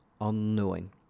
unknowing